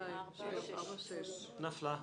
לא נתקבלה.